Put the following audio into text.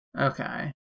Okay